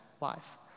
life